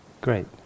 great